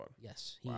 Yes